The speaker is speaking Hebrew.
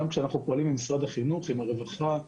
כשאנחנו פועלים עם משרד החינוך ועם הרווחה.